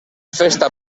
festa